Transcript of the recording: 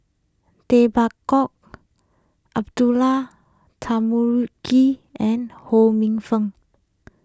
Tay Bak Koi Abdullah Tarmugi and Ho Minfong